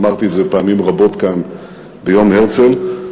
אמרתי את זה פעמים רבות כאן ביום הרצל,